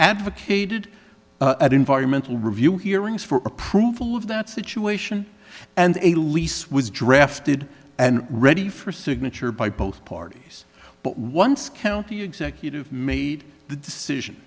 advocated an environmental review hearings for approval of that situation and a lease was drafted and ready for signature by both parties but once the county executive made the decision